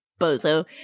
Bozo